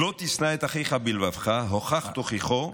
"לא תשנא את אחיך בלבבך", הוכח תוכיחו.